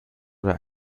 oder